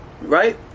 Right